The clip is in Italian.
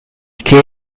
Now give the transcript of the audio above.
che